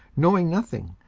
knowing nothing,